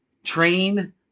Train